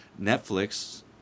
Netflix